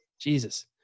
Jesus